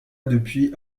depuis